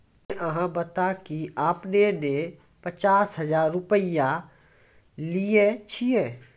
ते अहाँ बता की आपने ने पचास हजार रु लिए छिए?